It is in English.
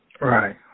Right